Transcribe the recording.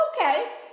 okay